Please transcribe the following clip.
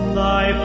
thy